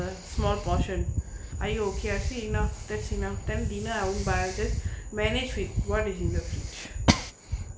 ah small portion are you okay are she enough that's enough then dinner own buy just manage with what is in the fridge